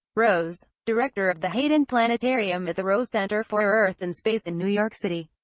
rose director of the hayden planetarium at the rose center for earth and space in new york city.